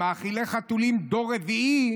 למאכילי חתולים דור רביעי,